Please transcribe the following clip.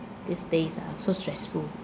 these days ah so stressful